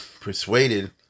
persuaded